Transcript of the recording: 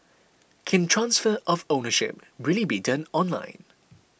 can transfer of ownership really be done online